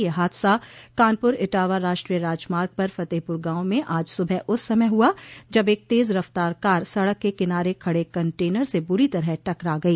यह हादसा कानपुर इटावा राष्ट्रीय राजमार्ग पर फतेहपुर गांव में आज सुबह उस समय हुआ जब एक तेज़ रफ़्तार कार सड़क क किनारे खड़े कंटेनर से बुरी तरह टकरा गई